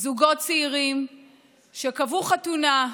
זוגות צעירים שקבעו חתונה,